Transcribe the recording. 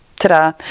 ta-da